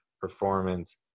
performance